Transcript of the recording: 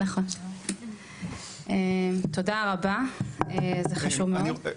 נכון, תודה רבה זה חשוב מאוד.